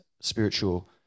spiritual